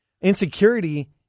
insecurity